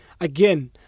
again